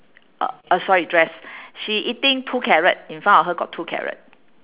uh uh sorry dress she eating two carrot in front of her got two carrot